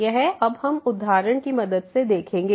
यह अब हम उदाहरण की मदद से देखेंगे